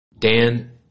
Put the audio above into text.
Dan